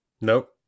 Nope